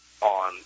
on